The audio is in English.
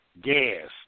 gas